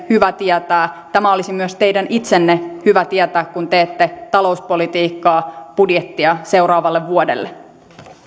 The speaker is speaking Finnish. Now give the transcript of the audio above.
hyvä tietää tämä olisi myös teidän itsenne hyvä tietää kun teette talouspolitiikkaa budjettia seuraavalle vuodelle